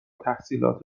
تحصیلات